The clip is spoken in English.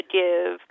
give